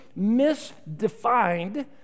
misdefined